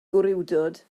gwrywdod